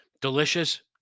delicious